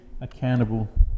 accountable